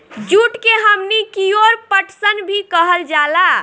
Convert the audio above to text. जुट के हमनी कियोर पटसन भी कहल जाला